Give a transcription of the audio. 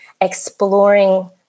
exploring